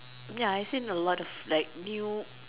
ya I seen a lot of like new